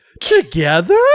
together